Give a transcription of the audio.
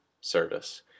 service